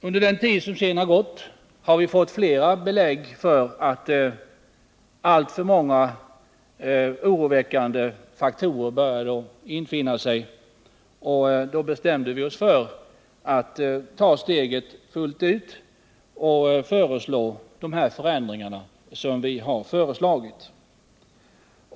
Under den tid som sedan har gått har vi på grund av att alltför många oroväckande faktorer började infinna sig fått belägg för att det är nödvändigt att vi tar steget fullt ut och föreslår de förändringar som nu har framförts i vår motion.